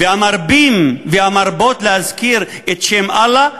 והמרבים והמרבות להזכיר את שם אללה,